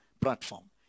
platform